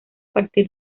partir